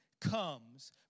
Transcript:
comes